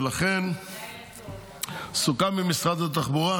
ולכן סוכם במשרד התחבורה